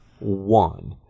one